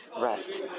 rest